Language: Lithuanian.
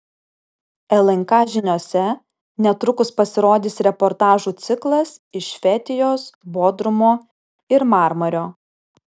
lnk žiniose netrukus pasirodys reportažų ciklas iš fetijos bodrumo ir marmario